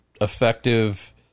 effective